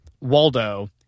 Waldo